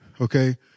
okay